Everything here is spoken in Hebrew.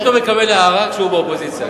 הוא פתאום מקבל הארה כשהוא באופוזיציה.